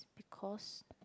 because